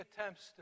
attempts